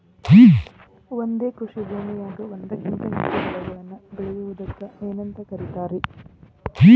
ಒಂದೇ ಕೃಷಿ ಭೂಮಿಯಾಗ ಒಂದಕ್ಕಿಂತ ಹೆಚ್ಚು ಬೆಳೆಗಳನ್ನ ಬೆಳೆಯುವುದಕ್ಕ ಏನಂತ ಕರಿತಾರಿ?